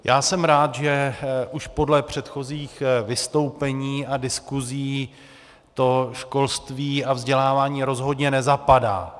Já jsem rád, že už podle předchozích vystoupení a diskusí to školství a vzdělávání rozhodně nezapadá.